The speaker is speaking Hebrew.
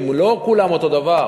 הם לא כולם אותו דבר.